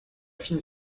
fine